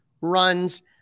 runs